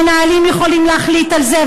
מנהלים יכולים להחליט על זה,